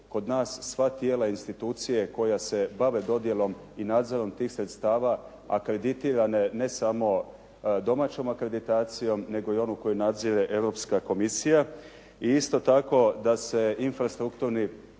kod nas sva tijela institucije koja se bave dodjelom i nadzorom tih sredstava akreditirane ne samo domaćom akreditacijom nego i onu koju nadzire Europska komisija i isto tako da se infrastrukturni